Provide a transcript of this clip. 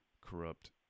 corrupt